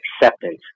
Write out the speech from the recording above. acceptance